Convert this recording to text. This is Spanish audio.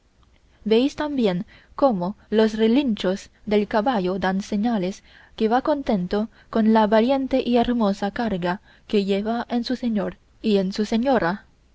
veis también cómo los relinchos del caballo dan señales que va contento con la valiente y hermosa carga que lleva en su señor y en su señora